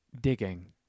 Digging